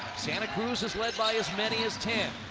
santa cruz has led by as many as ten.